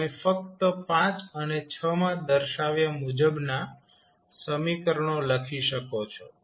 તમે ફક્ત અને માં દર્શાવ્યા મુજબના સમીકરણો લખી શકો છો